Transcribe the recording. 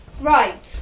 Right